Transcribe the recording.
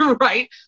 right